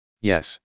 Yes